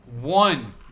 One